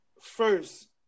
First